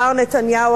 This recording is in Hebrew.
מר נתניהו,